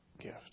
gift